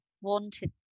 wanted